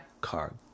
Car